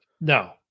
no